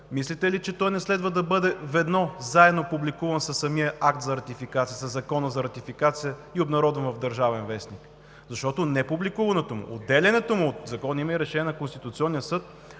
мислите ли, че той не следва да бъде заедно публикуван със самия акт за ратификация, със Закона за ратификация и обнародван в „Държавен вестник“? Защото непубликуването му, отделянето му от Закона, има и решение на Конституционния съд,